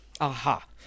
aha